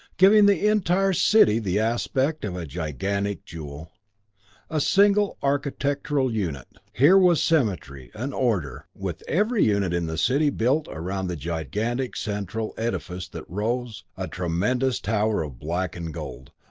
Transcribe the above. giving the entire city the aspect of a gigantic jewel a single architectural unit. here was symmetry and order, with every unit in the city built around the gigantic central edifice that rose, a tremendous tower of black and gold,